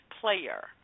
player